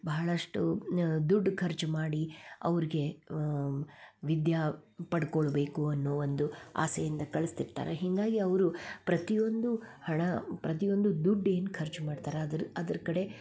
ಬಹಳಷ್ಟು ದುಡ್ಡು ಖರ್ಚು ಮಾಡಿ ಅವ್ರಿಗೆ ವಿದ್ಯೆ ಪಡ್ಕೊಳ್ಳಬೇಕು ಅನ್ನೋ ಒಂದು ಆಸೆಯಿಂದ ಕಳಿಸ್ತಿರ್ತಾರ ಹೀಗಾಗಿ ಅವರು ಪ್ರತಿಯೊಂದು ಹಣ ಪ್ರತಿಯೊಂದು ದುಡ್ಡು ಏನು ಖರ್ಚು ಮಾಡ್ತಾರೆ ಅದರ ಅದರ ಕಡೆ